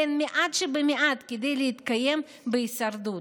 הן המעט שבמעט כדי להתקיים בהישרדות.